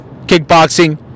Kickboxing